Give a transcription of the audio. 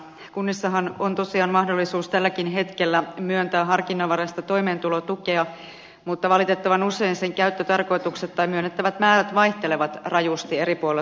kunnissahan on tosiaan mahdollisuus tälläkin hetkellä myöntää harkinnanvaraista toimeentulotukea mutta valitettavan usein sen käyttötarkoitukset tai myönnettävät määrät vaihtelevat rajusti eri puolilla suomea